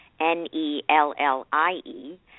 N-E-L-L-I-E